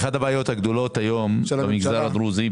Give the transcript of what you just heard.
אחת הבעיות הגדולות היום במגזר הדרוזי,